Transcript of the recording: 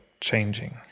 changing